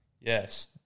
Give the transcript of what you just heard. Yes